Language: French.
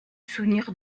souvenir